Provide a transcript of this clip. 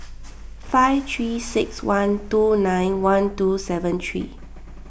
five three six one two nine one two seven three